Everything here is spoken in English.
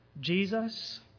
Jesus